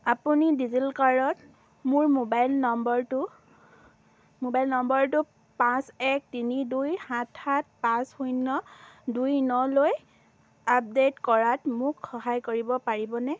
আপুনি ডিজিলকাৰত মোৰ মোবাইল নম্বৰটো মোবাইল নম্বৰটো পাঁচ এক তিনি দুই সাত সাত পাঁচ শূন্য দুই নলৈ আপডেট কৰাত মোক সহায় কৰিব পাৰিবনে